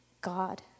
God